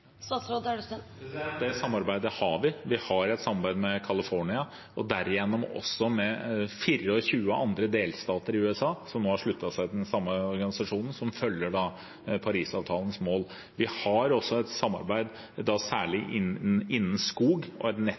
Det samarbeidet har vi. Vi har et samarbeid med California og derigjennom også med 24 andre delstater i USA som nå har sluttet seg til den samme organisasjonen som følger Parisavtalens mål. Vi har også et samarbeid – særlig innenfor skog, et nettverk innenfor skog